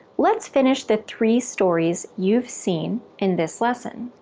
let's finish the three stories you've seen in this lesson